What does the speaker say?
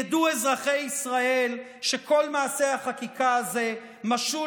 ידעו אזרחי ישראל שכל מעשה החקיקה הזה משול